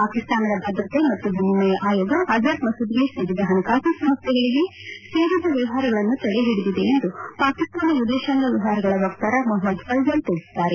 ಪಾಕಿಸ್ತಾನದ ಭದ್ರತೆ ಮತ್ತು ವಿನಿಮಯ ಆಯೋಗ ಅಜರ್ ಮಸೂದ್ಗೆ ಸೇರಿದ ಹಣಕಾಸು ಸಂಸ್ಥೆಗಳಿಗೆ ಸೇರಿದ ವ್ವವಹಾರಗಳನ್ನು ತಡೆಹಿಡಿದಿದೆ ಎಂದು ಪಾಕಿಸ್ತಾನ ವಿದೇಶಾಂಗ ವ್ವವಹಾರಗಳ ವಕ್ತಾರ ಮೊಹಮ್ದದ್ ಫೈಜಲ್ ತಿಳಿಸಿದ್ದು